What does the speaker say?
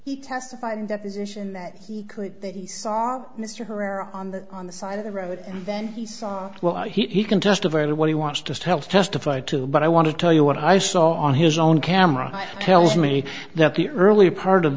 he testified in deposition that he could he saw mr herrera on the on the side of the road and then he saw well he can just averted what he wants to help testify to but i want to tell you what i saw on his own camera tell me that the earlier part of